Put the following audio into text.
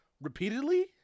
repeatedly